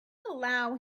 allow